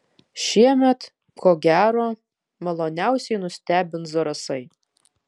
šiemet ko gero maloniausiai nustebins zarasai